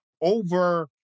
over